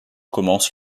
commence